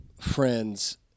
friends